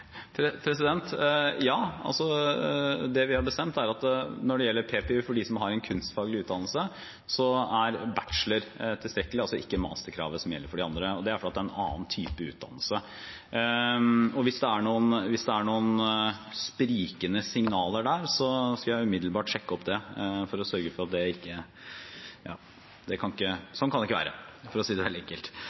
altså ikke masterkravet som gjelder for de andre, og det er fordi det er en annen type utdannelse. Hvis det er noen sprikende signaler der, skal jeg umiddelbart sjekke opp det. Sånn kan det ikke være, for å si det veldig enkelt. Jeg mener at det egentlig er et åpenbart svar på dette når – som representanten sier – nesten halvparten av lærerne i sentrale skolefag, de praktisk-estetiske fagene, ikke har fordypning. Det